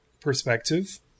perspective